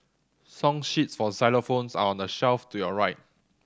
song sheets for xylophones are on the shelf to your right